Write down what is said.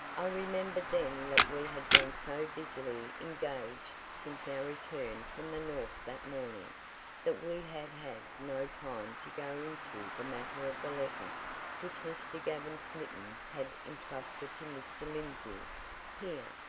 i remembered then that we had been so busily engaged since our return from the north that morning that we had had no time to go into the matter of the letter which mr. gavin smeaton had entrusted to mr. lindsey here,